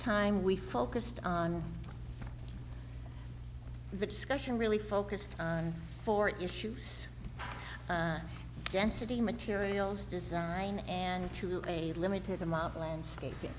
time we focused on the discussion really focused on four issues density materials design and to a limited amount landscaping